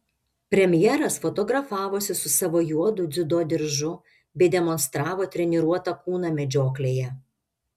premjeras fotografavosi su savo juodu dziudo diržu bei demonstravo treniruotą kūną medžioklėje